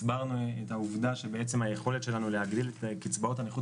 הסברתי את העובדה שבעצם היכולת שלנו להגדיל את קצבאות הנכות